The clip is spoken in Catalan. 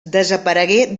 desaparegué